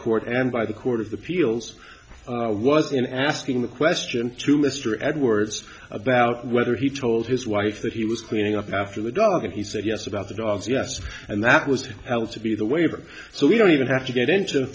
court and by the court of appeals was in asking the question to mr edwards about whether he told his wife that he was cleaning up after the dog and he said yes about the dogs yes and that was held to be the waiver so we don't even have to get into